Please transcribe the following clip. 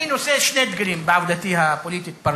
אני נושא שני דגלים בעבודתי הפוליטית-פרלמנטרית: